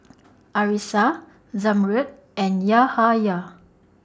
Arissa Zamrud and Yahaya